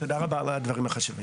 תודה רבה על הדברים החשובים.